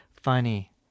funny